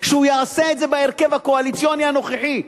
שהוא יעשה את זה בהרכב הקואליציוני הנוכחי.